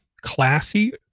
classy